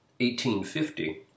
1850